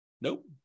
Nope